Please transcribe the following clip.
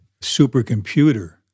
supercomputer